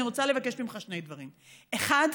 אני רוצה לבקש ממך שני דברים: האחד,